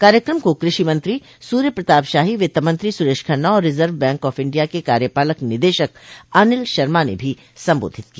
कार्यक्रम को कृषि मंत्री सूर्य प्रताप शाही वित्तमंत्री सुरेश खन्ना और रिजर्व बैंक ऑफ इंडिया के कार्यपालक निदेशक अनिल शर्मा ने भी सम्बोधित किया